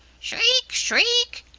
shriek! shriek!